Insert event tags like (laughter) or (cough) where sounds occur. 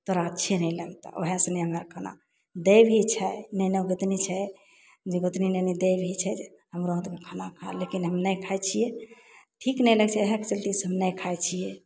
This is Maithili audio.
तोरा अच्छे नहि लगतऽ ओएहसँ नहि हमरा खाना दै भी छै (unintelligible) छै जे गोतनी भी छै हमरो हाथके खाना खा लेकिन हम नहि खाइ छियै ठीक नहि लगय छै इएह चलतेसँ हम नहि खाइ छियै